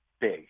big